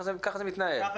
ככה